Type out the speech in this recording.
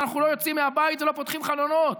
אנחנו לא יוצאים מהבית ולא פותחים חלונות.